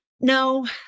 No